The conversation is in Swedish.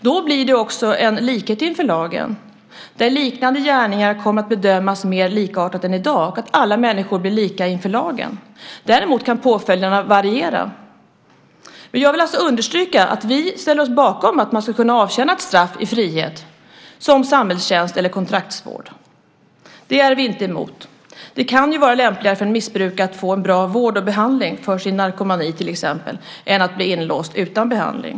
Då blir det också en likhet inför lagen där liknande gärningar kommer att bedömas mer likartat än i dag. Alla människor blir då lika inför lagen. Däremot kan påföljderna variera. Men jag vill understryka att vi ställer oss bakom att man ska kunna avtjäna ett straff i frihet, som samhällstjänst eller kontraktsvård. Det är vi inte emot. Det kan ju vara lämpligare för en missbrukare att få en bra vård och behandling för sin narkomani till exempel än att bli inlåst utan behandling.